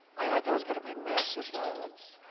i heard there was going to be massive violence.